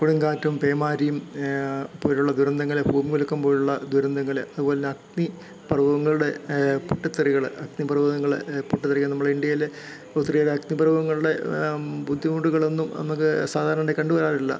കൊടുങ്കാറ്റും പേമാരിയും പോലുള്ള ദുരന്തങ്ങൾ ഭൂമികുലുക്കം പോലുള്ള ദുരന്തങ്ങൾ അതുപോലെത്തന്നെ അഗ്നി പർവതങ്ങളുടെ പൊട്ടിത്തെറികൾ അഗ്നിപർവ്വതങ്ങൾ പൊട്ടിത്തെറിക്കുന്ന നമ്മളെ ഇന്ത്യയിൽ ഒത്തിരിയേറെ അഗ്നിപർവ്വതങ്ങളുടെ ബുദ്ധിമുട്ടുകളൊന്നും നമുക്ക് സാധാരണ കണ്ടുവരാറില്ല